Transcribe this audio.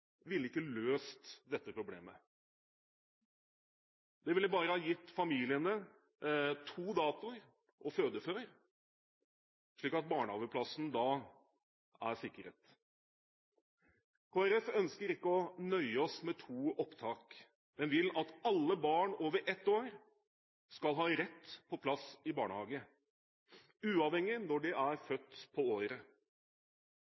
ville ikke løst dette problemet. Det ville bare ha gitt familiene to datoer å føde før, slik at barnehageplassen er sikret. Kristelig Folkeparti ønsker ikke å nøye seg med to opptak, men vil at alle barn over ett år skal ha rett på plass i barnehage, uavhengig av når de er